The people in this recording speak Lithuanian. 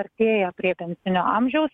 artėja prie pensinio amžiaus